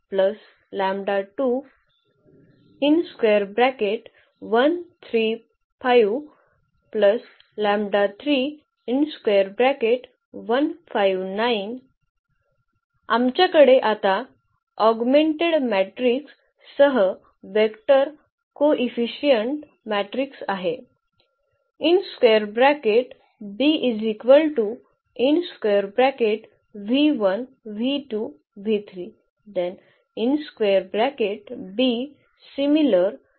तर आमच्याकडे आता ऑगमेंटेड मॅट्रिक्स सह वेक्टर कोईफिशीअंट मॅट्रिक्स आहे